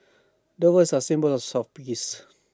doves are A symbol of sort peace